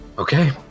Okay